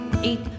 eight